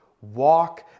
Walk